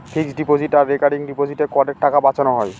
fixed deposit আর recurring ডিপোজিটে করের টাকা বাঁচানো হয়